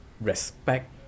respect